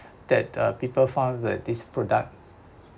that uh people found that this product